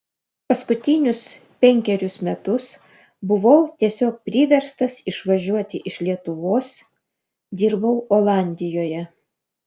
paskutinius penkerius metus buvau tiesiog priverstas išvažiuoti iš lietuvos dirbau olandijoje